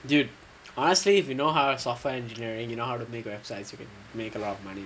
dude honestly if you know how to use software engineering you know how to make websites you can make a lot of money